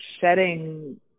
shedding